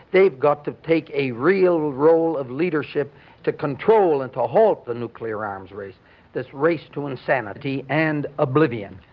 they've got to take a real role of leadership to control and to halt the nuclear arms race this race to insanity and oblivion.